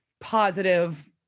positive